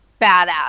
badass